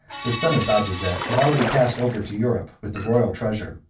the son of bajazet, had already passed over to europe with the royal treasure.